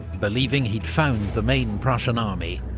believing he'd found the main prussian army,